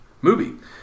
movie